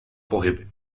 pohyby